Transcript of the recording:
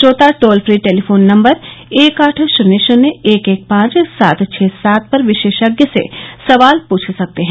श्रोता toll free telephone number एक आठ शुन्य शुन्य एक एक पांच सात छ सात पर विशेषज्ञ से सवाल पूछ सकते हैं